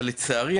אבל לצערי,